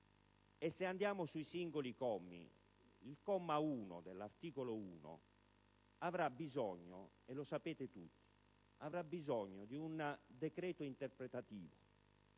E se andiamo sui singoli commi, il comma 1 dell'articolo 1 avrà bisogno - e lo sapete tutti - di un decreto interpretativo.